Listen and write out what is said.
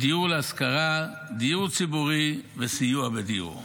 דיור להשכרה, דיור ציבורי, סיוע בדיור.